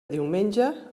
diumenge